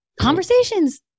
Conversations